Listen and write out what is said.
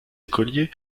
écoliers